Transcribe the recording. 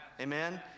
Amen